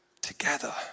together